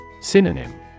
Synonym